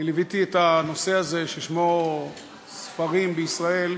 ליוויתי את הנושא הזה, ששמו ספרים בישראל,